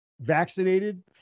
vaccinated